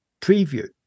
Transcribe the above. preview